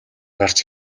гарч